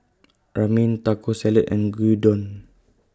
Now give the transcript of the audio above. Ramen Taco Salad and Gyudon